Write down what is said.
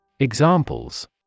examples